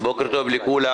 בוקר טוב לכולם.